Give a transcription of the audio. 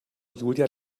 julia